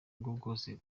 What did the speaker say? bwose